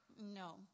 no